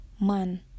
Man